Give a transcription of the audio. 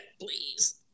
please